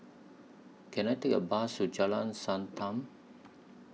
Can I Take A Bus to Jalan Sankam